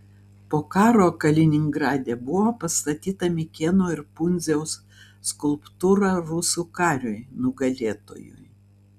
po karo kaliningrade buvo pastatyta mikėno ir pundziaus skulptūra rusų kariui nugalėtojui